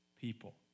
people